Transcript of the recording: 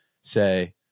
say